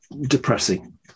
depressing